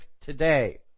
today